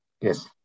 Yes